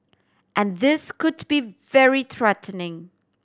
and this could be very threatening